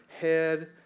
head